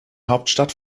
hauptstadt